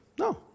no